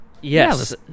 Yes